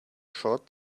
short